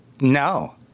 No